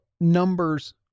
numbers